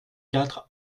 quatre